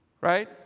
Right